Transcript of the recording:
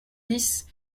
dix